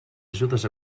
ajudes